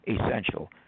essential